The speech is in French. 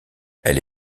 elle